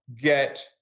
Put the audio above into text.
get